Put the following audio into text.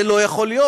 זה לא יכול להיות.